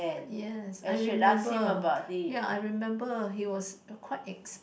yes I remember ya I remember he was the quite ex~